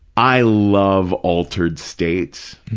i love altered states,